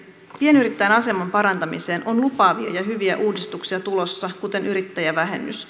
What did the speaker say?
pienyrittäjän aseman parantamiseen on lupaavia ja hyviä uudistuksia tulossa kuten yrittäjävähennys